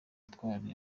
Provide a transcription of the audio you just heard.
gutwara